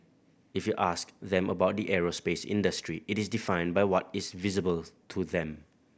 if you ask them about the aerospace industry it is defined by what is visible to them